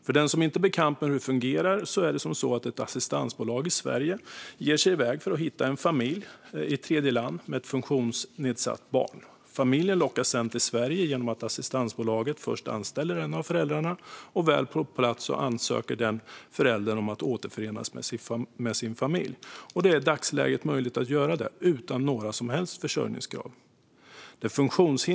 För den som inte är bekant med hur den fungerar: Ett assistansbolag i Sverige ger sig iväg för att hitta en familj i tredjeland med ett funktionsnedsatt barn. Familjen lockas till Sverige genom att assistansbolaget anställer en av föräldrarna. Väl på plats i Sverige ansöker denna förälder om att återförenas med sin familj. Det är i dagsläget möjligt att göra detta utan några som helst försörjningskrav.